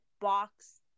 box